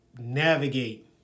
navigate